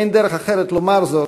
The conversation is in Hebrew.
אין דרך אחרת לומר זאת,